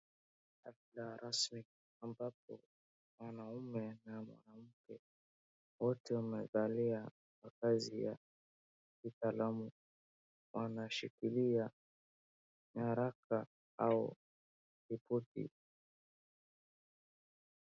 Katika rasmi ambapo mwanaume na mwanamke wote wamevalia mavazi ya kitaalamu wanashikilia nyaraka au ripoti.